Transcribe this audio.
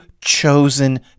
chosen